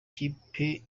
kipe